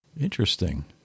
Interesting